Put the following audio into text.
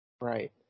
Right